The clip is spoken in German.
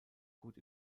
gut